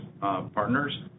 partners